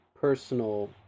personal